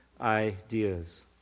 ideas